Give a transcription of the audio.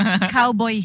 Cowboy